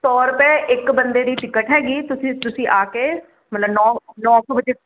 ਸੋ ਰੁਪਏ ਰੁਪਏ ਇੱਕ ਬੰਦੇ ਦੀ ਟਿਕਟ ਹੈਗੀ ਤੁਸੀਂ ਤੁਸੀਂ ਆ ਕੇ ਮਤਲਬ ਨੋ ਨੋ ਕ ਵਜੇ